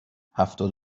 هفتاد